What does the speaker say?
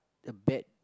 the bad